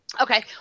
Okay